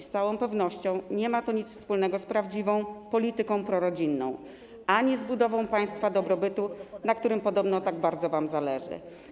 Z całą pewnością nie ma to nic wspólnego z prawdziwą polityką prorodzinną ani z budową państwa dobrobytu, na którym podobno tak bardzo wam zależy.